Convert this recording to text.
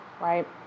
right